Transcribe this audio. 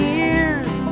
years